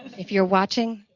if you're watching.